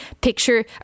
picture